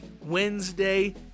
Wednesday